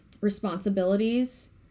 responsibilities